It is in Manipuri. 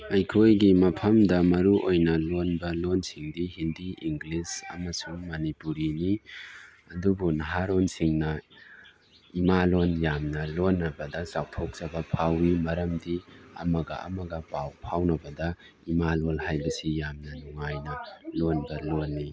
ꯑꯩꯈꯣꯏꯒꯤ ꯃꯐꯝꯗ ꯃꯔꯨ ꯑꯣꯏꯅ ꯂꯣꯟꯕ ꯂꯣꯟꯁꯤꯡꯗꯤ ꯍꯤꯟꯗꯤ ꯏꯪꯒ꯭ꯂꯤꯁ ꯑꯃꯁꯨꯡ ꯃꯅꯤꯄꯨꯔꯤꯅꯤ ꯑꯗꯨꯕꯨ ꯅꯍꯥꯔꯣꯟꯁꯤꯡꯅ ꯏꯃꯥꯂꯣꯟ ꯌꯥꯝꯅ ꯂꯣꯟꯅꯕꯗ ꯆꯥꯎꯊꯣꯛꯆꯕ ꯐꯥꯎꯏ ꯃꯔꯝꯗꯤ ꯑꯃꯒ ꯑꯃꯒ ꯄꯥꯎ ꯐꯥꯎꯅꯕꯗ ꯏꯃꯥ ꯂꯣꯟ ꯍꯥꯏꯕꯁꯤ ꯌꯥꯝꯅ ꯅꯨꯡꯉꯥꯏꯅ ꯂꯣꯟꯕ ꯂꯣꯟꯅꯤ